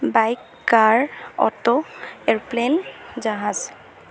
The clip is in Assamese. বাইক কাৰ অ'টো এৰ'প্লেন জাহাজ